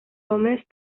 homes